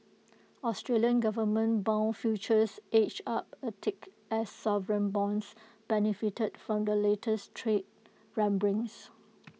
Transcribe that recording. Australian government Bond futures edge up A tick as sovereign bonds benefited from the latest trade rumblings